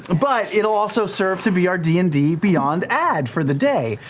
but it'll also serve to be our d and d beyond ad for the day.